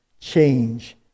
change